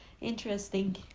interesting